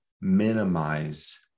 minimize